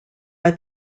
are